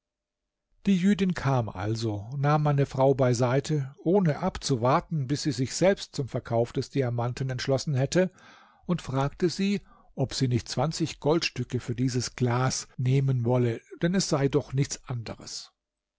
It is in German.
die jüdin kam also nahm meine frau beiseite ohne abzuwarten bis sie sich selbst zum verkauf des diamanten entschlossen hätte und fragte sie ob sie nicht zwanzig goldstücke für dieses glas nehmen wolle denn es sei doch nichts anderes